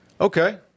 Okay